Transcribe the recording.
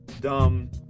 dumb